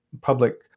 public